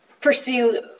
pursue